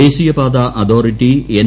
ദേശീയപാത authority N